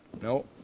No